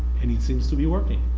and it seems to be working.